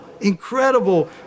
incredible